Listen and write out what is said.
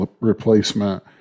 replacement